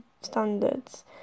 standards